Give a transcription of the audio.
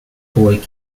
boy